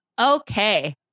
Okay